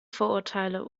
vorurteile